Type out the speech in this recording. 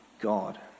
God